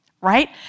right